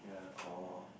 oh